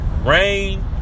rain